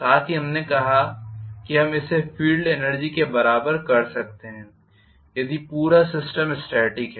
साथ ही हमने कहा कि हम इसे फील्ड एनर्जी के बराबर कर सकते हैं यदि पूरा सिस्टम स्टॅटिक है